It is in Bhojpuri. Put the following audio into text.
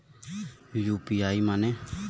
यू.पी.आई माने?